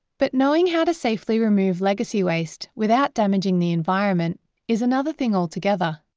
but knowing how to safely remove legacy waste without damaging the environment is another thing altogether.